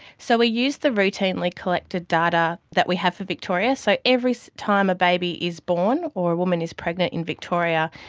so we used the routinely collected data that we have for victoria. so every time a baby is born or a woman is pregnant in victoria,